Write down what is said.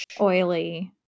oily